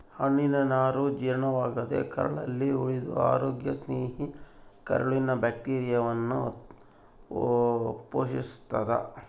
ಹಣ್ಣಿನನಾರು ಜೀರ್ಣವಾಗದೇ ಕರಳಲ್ಲಿ ಉಳಿದು ಅರೋಗ್ಯ ಸ್ನೇಹಿ ಕರುಳಿನ ಬ್ಯಾಕ್ಟೀರಿಯಾವನ್ನು ಪೋಶಿಸ್ತಾದ